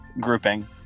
grouping